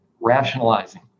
Rationalizing